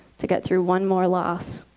to get through one more loss.